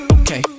Okay